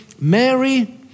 Mary